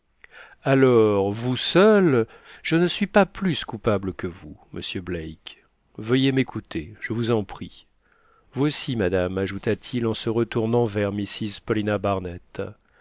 alors vous seul je ne suis pas plus coupable que vous monsieur black veuillez m'écouter je vous en prie vous aussi madame ajouta-t-il en se retournant vers mrs paulina barnett